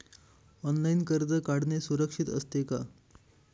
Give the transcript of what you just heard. Online कर्ज काढणे सुरक्षित असते का?